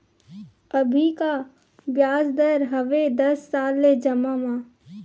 अभी का ब्याज दर हवे दस साल ले जमा मा?